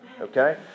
Okay